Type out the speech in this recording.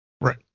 Right